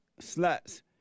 sluts